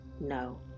no